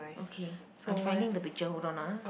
okay I'm finding the picture hold on ah